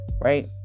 right